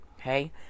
Okay